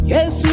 Yes